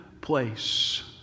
place